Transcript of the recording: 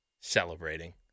celebrating